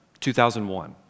2001